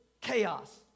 Chaos